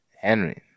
Henry